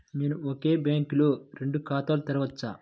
నేను ఒకే బ్యాంకులో రెండు ఖాతాలు తెరవవచ్చా?